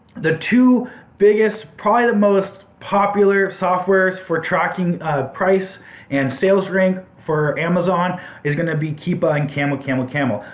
the two biggest, probably most popular softwares for tracking price and sales rank for amazon is going to be keepa and camel camel camel.